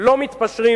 לא מתפשרים